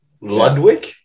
Ludwig